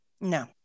No